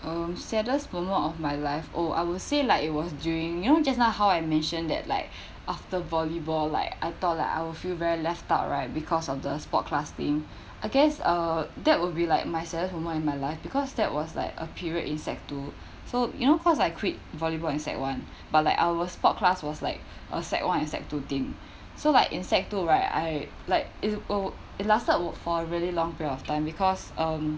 um saddest moment of my life oh I would say like it was during you know just now I mentioned that like after volleyball like I thought like I will feel very left out right because of the sport class thing I guess uh that would be like my saddest moment in my life because that was like a period in sec two so you know because I quit volleyball in sec one but like our sports class was like uh sec one and sec two thing so like in sec two right I like is oh it lasted for a really long period of time because um